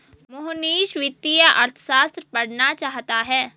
मोहनीश वित्तीय अर्थशास्त्र पढ़ना चाहता है